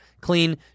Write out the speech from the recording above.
clean